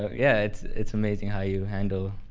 but yeah it's it's amazing how you handle